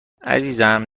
عزیزم